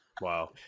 Wow